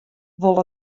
wol